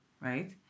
right